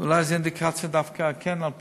אולי זו אינדיקציה דווקא כן לכיוון פלילי.